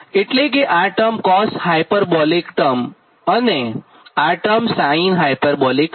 એટલે કે આ ટર્મ cos હાયપરબોલિક અને આ ટર્મ sin હાયપરબોલિક છે